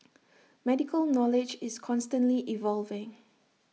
medical knowledge is constantly evolving